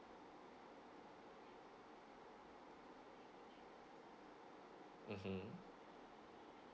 mm